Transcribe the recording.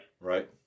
Right